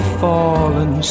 fallen